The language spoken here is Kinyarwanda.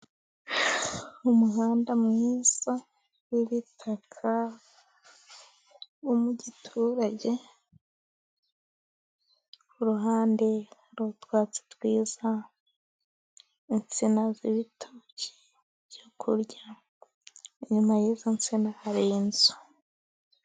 Mu muhanda mwiza wiritaka wo mu giturage, kuruhande hariho twatsi twiza, insina zibitoki byo kurya, inyuma y'izo nsina hari inzu.